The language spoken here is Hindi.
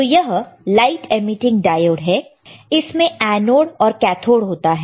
तो यह लाईट एमीटिंग डायोड है इसमें एनोड और कैथोड होता है